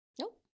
Nope